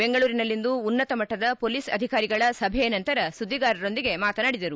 ಬೆಂಗಳೂರಿನಲ್ಲಿಂದು ಉನ್ನತ ಮಟ್ಟದ ಮೊಲೀಸ್ ಅಧಿಕಾರಿಗಳ ಸಭೆಯ ನಂತರ ಸುದ್ವಿಗಾರರೊಂದಿಗೆ ಮಾತನಾಡಿದರು